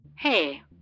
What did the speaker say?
Hey